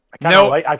No